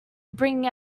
bring